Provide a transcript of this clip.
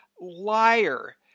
liar